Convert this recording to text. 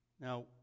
Now